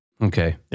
Okay